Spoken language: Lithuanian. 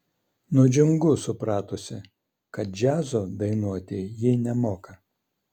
nudžiungu supratusi kad džiazo dainuoti ji nemoka